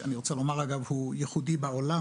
שאני רוצה לומר אגב הוא ייחודי בעולם,